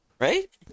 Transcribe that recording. Right